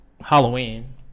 Halloween